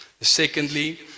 Secondly